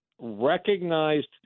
recognized